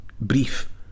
brief